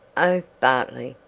oh, bartley!